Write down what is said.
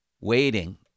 Waiting